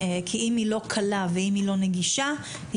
כי אם היא לא קלה ואם היא לא נגישה היא